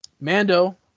Mando